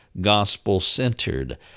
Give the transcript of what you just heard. gospel-centered